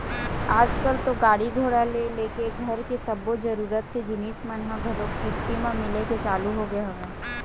आजकल तो गाड़ी घोड़ा ले लेके घर के सब्बो जरुरत के जिनिस मन ह घलोक किस्ती म मिले के चालू होगे हवय